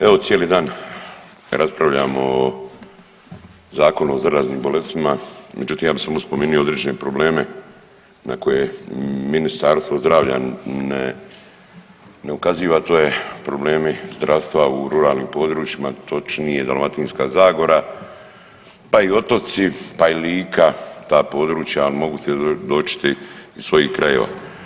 Evo cijeli dan raspravljamo o Zakonu o zaraznim bolestima, međutim ja bi samo spomenuo određene probleme na koje Ministarstvo zdravlja ne ukaziva, a to je problemi zdravstva u ruralnim područjima, točnije Dalmatinska zagora, pa i otoci, pa i Lika, ta područja, al mogu svjedočiti i iz svojih krajeva.